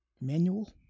manual